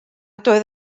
doedd